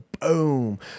boom